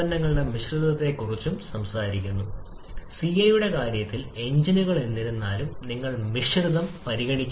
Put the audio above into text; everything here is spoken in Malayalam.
നിർദ്ദിഷ്ട താപത്തിന്റെ വ്യത്യാസം മാത്രം സൈക്കിൾ കാര്യക്ഷമത നേടുന്നതിന് നിങ്ങൾ പരിഗണിക്കുന്ന സിവിയുമൊത്തുള്ള കെ യുടെ വ്യത്യാസവും നമ്മൾ പരിഗണിക്കേണ്ടതുണ്ട്